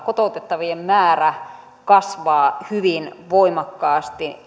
kotoutettavien määrä kasvaa hyvin voimakkaasti